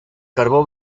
carbó